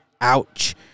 Ouch